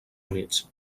units